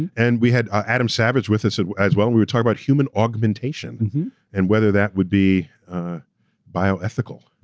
and we had adam savage with us ah as well and we were talking about human augmentation and whether that would be bioethical.